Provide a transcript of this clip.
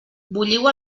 bulliu